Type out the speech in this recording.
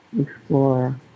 explore